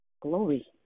Glory